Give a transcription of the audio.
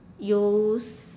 use